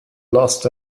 lost